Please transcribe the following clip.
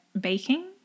baking